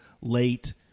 late